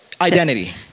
identity